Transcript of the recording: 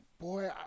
Boy